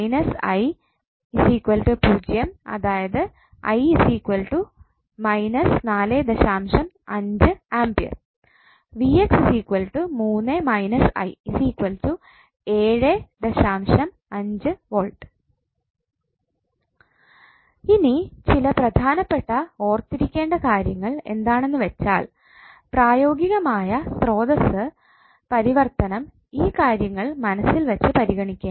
A V ഇനി ചില പ്രധാനപ്പെട്ട ഓർത്തിരിക്കേണ്ട കാര്യങ്ങൾ എന്താണെന്നുവെച്ചാൽ പ്രായോഗികമായ സ്രോതസ്സ് പരിവർത്തനം ഈ കാര്യങ്ങൾ മനസ്സിൽ വച്ച് പരിഗണിക്കേണ്ടതാണ്